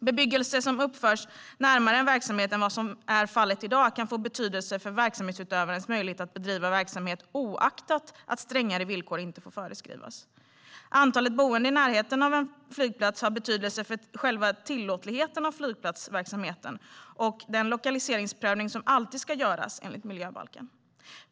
Bebyggelse som uppförs närmare en verksamhet än vad som är fallet i dag kan få betydelse för verksamhetsutövarens möjligheter att bedriva verksamheten, oaktat att strängare villkor inte får föreskrivas. Antalet boende i närheten av en flygplats har betydelse för själva tillåtligheten av flygplatsverksamheten och den lokaliseringsprövning som alltid ska göras enligt miljöbalken.